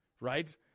right